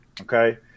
Okay